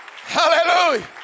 Hallelujah